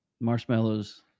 marshmallows